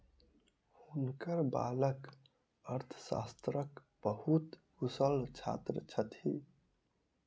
हुनकर बालक अर्थशास्त्रक बहुत कुशल छात्र छथि